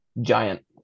Giant